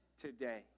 today